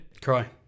Cry